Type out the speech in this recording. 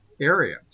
area